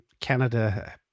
Canada